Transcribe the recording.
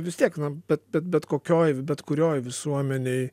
vis tiek na bet bet bet kokioj bet kurioj visuomenėj